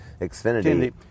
Xfinity